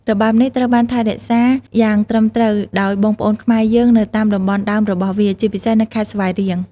របាំនេះត្រូវបានថែរក្សាយ៉ាងត្រឹមត្រូវដោយបងប្អូនខ្មែរយើងនៅតាមតំបន់ដើមរបស់វា ជាពិសេសនៅខេត្តស្វាយរៀង។